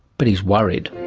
but he's worried.